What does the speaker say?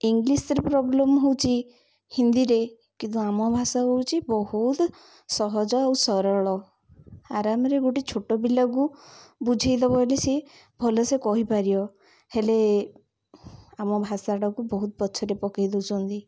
ଇଂଲିଶରେ ପ୍ରୋବ୍ଲେମ୍ ହେଉଛି ହିନ୍ଦୀରେ କିନ୍ତୁ ଆମ ଭାଷା ହେଉଛି ବହୁତ ସହଜ ଆଉ ସରଳ ଆରାମରେ ଗୋଟେ ଛୋଟ ପିଲାକୁ ବୁଝାଇ ଦେବ ହେଲେ ସିଏ ଭଲ ସେ କହିପାରିବ ହେଲେ ଆମ ଭାଷାଟାକୁ ବହୁତ ପଛରେ ପକାଇ ଦେଉଛନ୍ତି